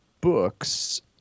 books